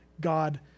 God